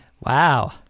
Wow